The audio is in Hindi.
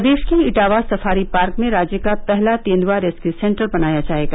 प्रदेश के इटावा सफारी पार्क में राज्य का पहला तेंदुआ रेस्क्यू सेंटर बनाया जायेगा